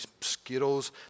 Skittles